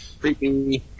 creepy